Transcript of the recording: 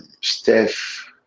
Steph